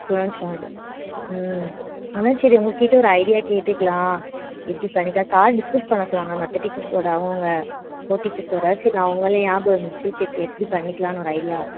students வந்து ம் அதுதான் சரி உங்கள்கிட்ட ஒரு ஐடியா கேட்டுக்கலாம் இப்படி பண்ணிதான் சார் டிஸ்கஸ் பண்ண சொன்னாங்க மற்ற டீச்சர்ஸோடு அவங்கவுங்க கோ டீச்சர்ஸோடு சரி உங்களை ஞாபகம் வந்துச்சு சரி இப்போ எப்படி பண்ணிக்கலாம்னு ஒரு ஐடியா